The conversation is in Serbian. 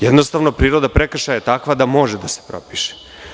Jednostavno, priroda prekršaja je takva da može da se propiše.